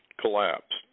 collapsed